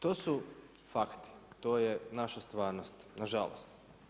To su fakti, to je naša stvarnost, nažalost.